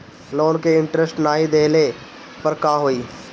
Loan के interest नाही देहले पर का होई?